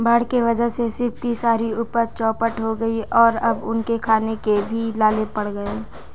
बाढ़ के वजह से शिव की सारी उपज चौपट हो गई और अब उनके खाने के भी लाले पड़ गए हैं